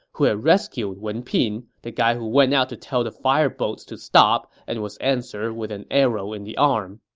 who had rescued wen pin, the guy who went out to tell the fire boats to stop and was answered with an arrow in the arm